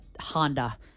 Honda